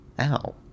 Ow